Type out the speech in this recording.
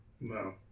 No